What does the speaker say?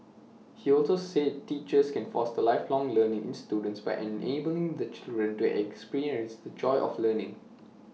he also said teachers can foster lifelong learning in students by enabling the children to experience the joy of learning